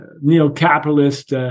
neo-capitalist